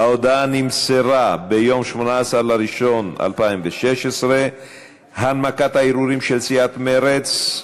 ההודעה נמסרה ביום 18 בינואר 2016. הנמקת הערעורים של סיעת מרצ: